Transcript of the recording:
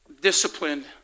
disciplined